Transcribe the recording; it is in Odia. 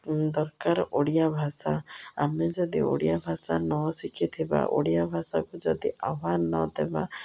ଦରକାର ଓଡ଼ିଆ ଭାଷା ଆମେ ଯଦି ଓଡ଼ିଆ ଭାଷା ନ ଶିଖିଥିବା ଓଡ଼ିଆ ଭାଷାକୁ ଯଦି ଆହ୍ୱାନ ନ ଦେବା